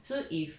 so if